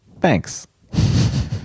thanks